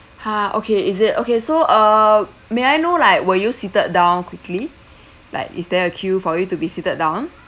ha okay is it okay so uh may I know like were you seated down quickly like is there a queue for you to be seated down